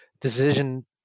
decision